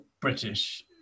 British